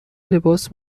لباس